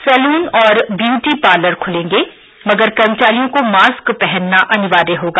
salon और beauty parlour खुलेंगे मगर कर्मचारियों को मास्क पहनना अनिवार्य होगा